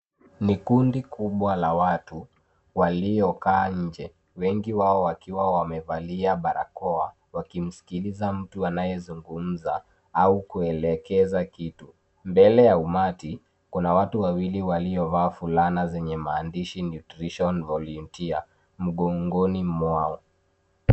Ni kundi kubwa la watu waliokaa nje, wengi wao wakiwa wamevalia barakoa, wakimskiliza mtu anayezungumza au kuelekeza kitu. Mbele ya umati Kuna watu wawili waliovaa fulana zenye maandishi nutrition volunteer, mgongoni mwao.